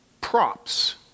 props